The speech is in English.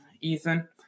Ethan